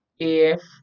Af